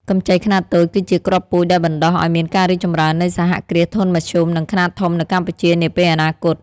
កម្ចីខ្នាតតូចគឺជាគ្រាប់ពូជដែលបណ្ដុះឱ្យមានការរីកចម្រើននៃសហគ្រាសធុនមធ្យម និងខ្នាតធំនៅកម្ពុជានាពេលអនាគត។